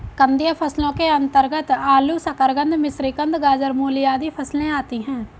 कंदीय फसलों के अंतर्गत आलू, शकरकंद, मिश्रीकंद, गाजर, मूली आदि फसलें आती हैं